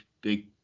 big